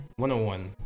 101